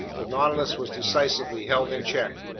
the nautilus was decisively held in check.